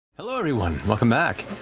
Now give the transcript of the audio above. hello, everyone, welcome back.